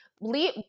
leave